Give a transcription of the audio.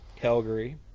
Calgary